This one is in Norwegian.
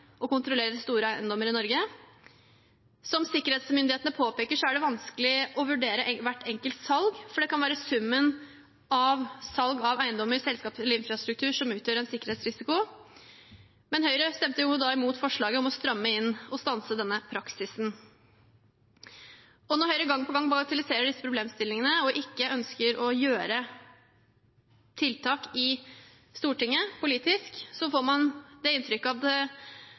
og kontrollere store eiendommer i Norge. Som sikkerhetsmyndighetene påpeker, er det vanskelig å vurdere hvert enkelt salg, for det kan være summen av salg av eiendommer, selskaper eller infrastruktur som utgjør en sikkerhetsrisiko. Men Høyre stemte da imot forslaget om å stramme inn og stanse denne praksisen. Når Høyre gang på gang bagatelliserer disse problemstillingene og ikke ønsker å komme med tiltak i Stortinget politisk, får man det inntrykket at